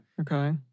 Okay